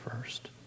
first